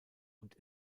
und